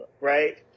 right